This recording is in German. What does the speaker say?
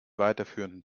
weiterführenden